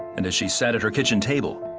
and as she sat at her kitchen table,